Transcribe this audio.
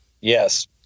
Yes